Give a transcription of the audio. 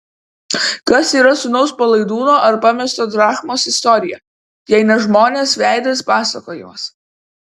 kas yra sūnaus palaidūno ar pamestos drachmos istorija jei ne žmonės veidas pasakojimas